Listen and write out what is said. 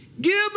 Give